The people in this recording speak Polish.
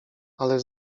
ale